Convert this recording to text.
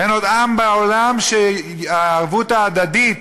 אין עוד עם בעולם שהערבות ההדדית,